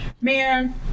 man